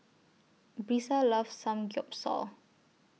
Brisa loves Samgeyopsal